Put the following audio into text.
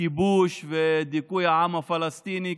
כיבוש ודיכוי העם הפלסטיני,